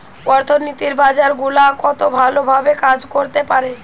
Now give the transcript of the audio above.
অর্থনীতির বাজার গুলা কত ভালো ভাবে কাজ করতে পারে